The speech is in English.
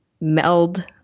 meld